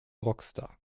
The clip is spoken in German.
rockstar